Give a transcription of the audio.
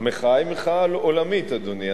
המחאה היא מחאה עולמית, אדוני.